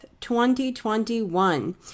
2021